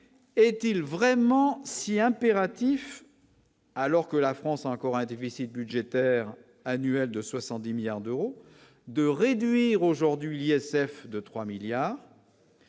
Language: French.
est-il vraiment si est impératif, alors que la France a encore un déficit budgétaire annuel de 70 milliards d'euros de réduire aujourd'hui SF de 3 milliards.